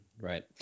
right